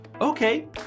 Okay